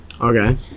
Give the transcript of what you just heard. Okay